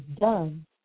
done